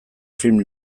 film